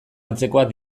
antzekoak